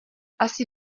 asi